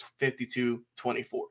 52-24